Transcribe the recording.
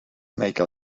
make